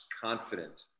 Confident